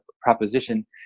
proposition